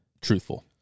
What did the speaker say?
truthful